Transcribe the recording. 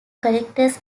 collectors